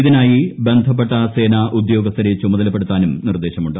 ഇതിനായി ബന്ധപ്പെട്ട സേനാ ഉദ്യോഗസ്ഥരെ ചുമതലപ്പെടുത്താനും നിർദേശമുണ്ട്